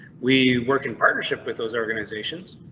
we work in partnership with those organizations